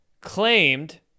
claimed